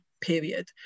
period